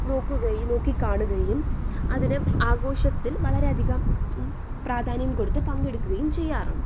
നോക്കുകയും നോക്കി കാണുകയും അതിന് ആഘോഷത്തിൽ വളരെയധികം പ്രാധാന്യം കൊടുത്ത് പങ്കെടുക്കുകയും ചെയ്യാറുണ്ട്